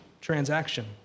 transaction